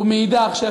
ומאידך גיסא,